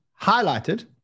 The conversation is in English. highlighted